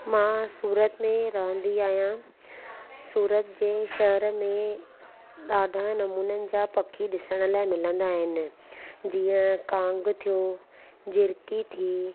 मां सूरत में रहंदी आहियां सूरत जे शहर में ॾाढा नमूननि जा पखी ॾिसण लाइ मिलंदा आहिनि जीअं कांग थियो झिरकी थी